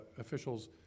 officials